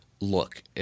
look